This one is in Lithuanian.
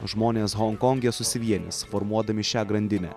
žmonės honkonge susivienys formuodami šią grandinę